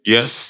Yes